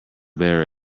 bear